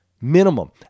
minimum